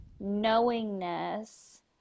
knowingness